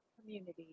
community